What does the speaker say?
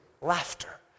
laughter